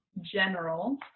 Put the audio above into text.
general